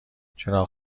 چراغ